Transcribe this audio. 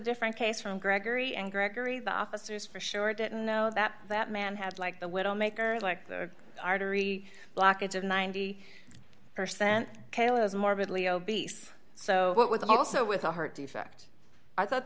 different case from gregory and gregory the officers for sure didn't know that that man had like the widowmaker like artery blockage of ninety percent kayla's morbidly obese so what was also with a heart defect i thought